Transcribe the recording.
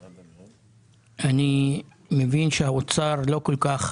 ואני מבין שהאוצר לא כל כך